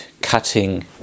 cutting